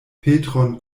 petron